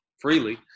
freely